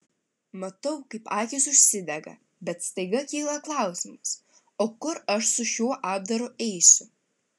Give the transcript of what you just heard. matau kaip akys užsidega bet staiga kyla klausimas o kur aš su šiuo apdaru eisiu